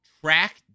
track